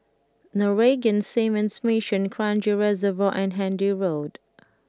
Norwegian Seamen's Mission Kranji Reservoir and Handy Road